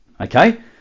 Okay